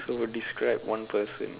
so describe one person